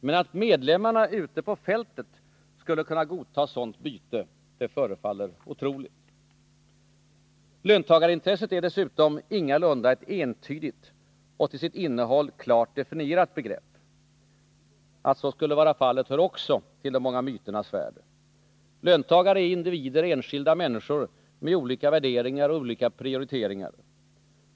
Men att medlemmarna ute på fältet skulle godta sådant byte förefaller otroligt. Löntagarintresset är dessutom ingalunda ett entydigt och till sitt innehåll klart definierat begrepp. Att så skulle vara fallet hör också till de många myternas värld. Löntagare är individer, enskilda människor med olika värderingar och olika prioriteringar.